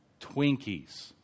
Twinkies